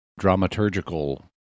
dramaturgical